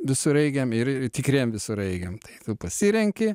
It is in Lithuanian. visureigiam ir ir ir tikriem visureigiam tai tu pasirenki